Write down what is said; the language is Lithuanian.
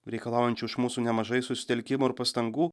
reikalaujančių iš mūsų nemažai susitelkimo ir pastangų